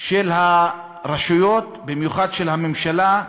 של הרשויות, במיוחד של הממשלה,